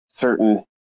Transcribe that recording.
certain